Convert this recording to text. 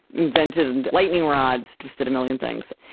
invented and lightning rods, just did a million things.